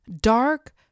Dark